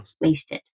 wasted